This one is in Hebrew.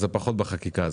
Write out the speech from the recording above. זה פחות בחקיקה.